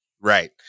Right